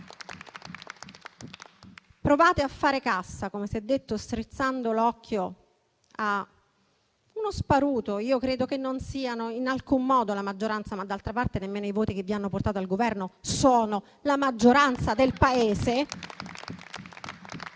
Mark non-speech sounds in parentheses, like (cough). Provate a fare cassa - come si è detto - strizzando l'occhio a uno sparuto numero di persone - io credo che non siano in alcun modo la maggioranza, ma d'altra parte nemmeno i voti che vi hanno portato al Governo sono la maggioranza del Paese (applause)